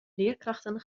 leerkrachten